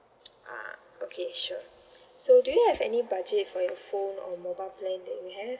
ah okay sure so do you have any budget for your phone or mobile plan that you have